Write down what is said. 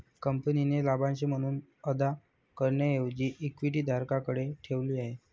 कंपनीने लाभांश म्हणून अदा करण्याऐवजी इक्विटी धारकांकडे ठेवली आहे